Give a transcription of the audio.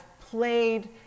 played